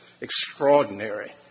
extraordinary